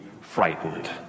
frightened